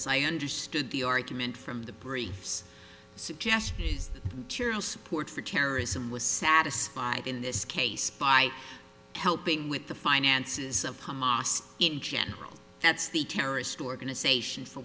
as i understood the argument from the briefs suggest tiriel support for terrorism was satisfied in this case by helping with the finances of hamas in general that's the terrorist organization for